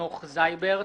חנוך זייברט,